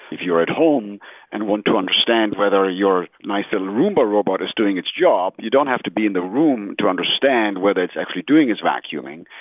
if you're at home and want to understand whether ah your nice little roomba robot is doing its job, you don't have to be in the room to understand whether it's actually doing its vacuuming.